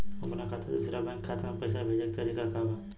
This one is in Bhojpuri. अपना खाता से दूसरा बैंक के खाता में पैसा भेजे के तरीका का बा?